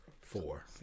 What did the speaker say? Four